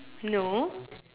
no